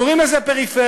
קוראים לזה פריפריה.